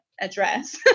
address